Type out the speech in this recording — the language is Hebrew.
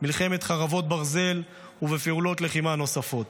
מלחמת חרבות ברזל ובפעולות לחימה נוספות.